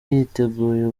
yiteguye